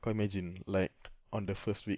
kau imagine like on the first week